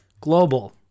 Global